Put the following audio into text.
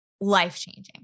life-changing